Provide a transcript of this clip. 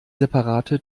separate